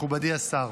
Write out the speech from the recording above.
מכובדי השר,